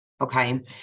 okay